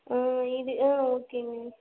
இது ஆ okay ma'am